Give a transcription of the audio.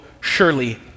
surely